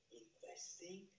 investing